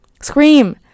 Scream